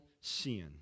sin